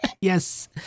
Yes